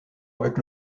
avec